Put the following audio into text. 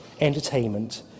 entertainment